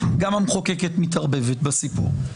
גם המחוקקת מתערבבת בסיפור.